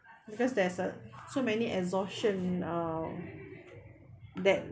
because there's uh so many exhaustion now that